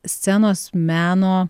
scenos meno